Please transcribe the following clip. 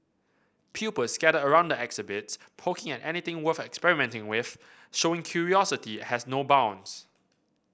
pupils scattered around the exhibits poking at anything worth experimenting with showing curiosity has no bounds